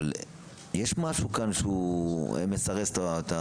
אבל יש משהו כאן שמסרס את זה.